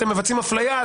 אתן מבצעות אפליה,